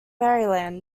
maryland